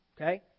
Okay